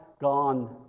gone